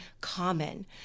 common